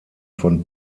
von